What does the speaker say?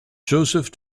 joseph